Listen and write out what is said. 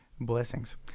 blessings